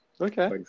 okay